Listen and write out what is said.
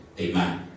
Amen